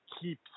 keep